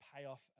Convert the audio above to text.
payoff